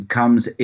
comes